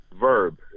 verb